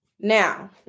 Now